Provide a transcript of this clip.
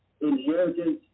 inheritance